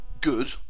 good